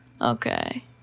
Okay